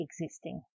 existing